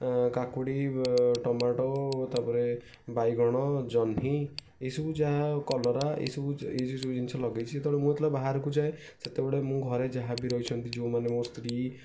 କାକୁଡ଼ି ଟମାଟୋ ତା'ପରେ ବାଇଗଣ ଜହ୍ନି ଏସବୁ ଯାହା କଲରା ଏସବୁ ଏଇଯେଉଁ ସବୁ ଜିନଷ ଲଗାଇଛି ତେଣୁ ମୁଁ ଯେତେବେଳେ ବାହାରକୁ ଯାଏ ସେତେବେଳେ ମୋ ଘରେ ଯାହାବି ରହିଛନ୍ତି ଯେଉଁମାନେ ମୋ ସ୍ତ୍ରୀ